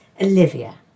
Olivia